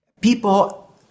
people